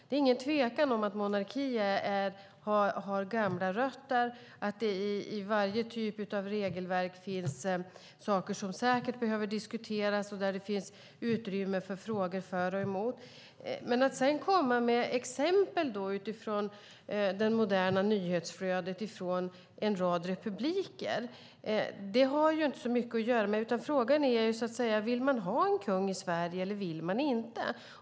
Det är ingen tvekan om att monarki har gamla rötter, att det i varje typ av regelverk finns saker som säkert behöver diskuteras och där det finns utrymme för frågor för och emot. Men att komma med exempel utifrån det moderna nyhetsflödet från en rad republiker har inte så mycket med detta att göra. Frågan är så att säga om man vill ha en kung i Sverige eller om man inte vill det.